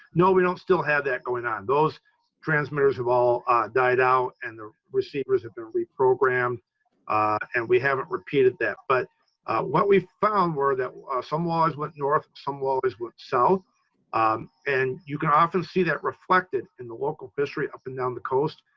now, we don't still have that going on. those transmitters have all died out and the receivers have been reprogrammed and we haven't repeated that. but what we found were that some walleyes went north, some walleyes went south and you can often see that reflected in the local fishery up and down the coast.